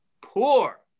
poor